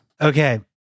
Okay